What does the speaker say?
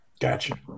Gotcha